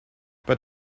but